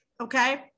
okay